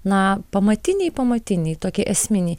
na pamatiniai pamatiniai tokie esminiai